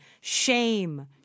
Shame